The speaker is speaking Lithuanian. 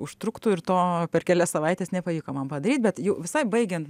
užtruktų ir to per kelias savaites nepavyko man padaryt bet jau visai baigiant